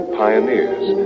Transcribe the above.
pioneers